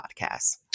podcasts